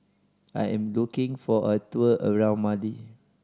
I am looking for a tour around Mali